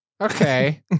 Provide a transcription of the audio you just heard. Okay